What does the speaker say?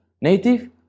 Native